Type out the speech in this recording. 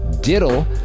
DIDDLE